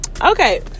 Okay